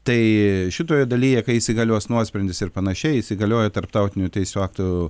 tai šitoje dalyje kai įsigalios nuosprendis ir panašiai įsigalioja tarptautinių teisių aktų